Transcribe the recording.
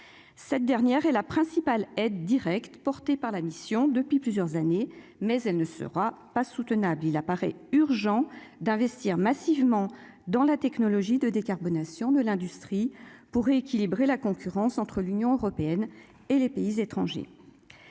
cette dernière est la principale aides directes portées par la mission depuis plusieurs années, mais elle ne sera pas soutenable, il apparaît urgent d'investir massivement dans la technologie de décarbonation de l'industrie pour rééquilibrer la concurrence entre l'Union européenne et les pays étrangers,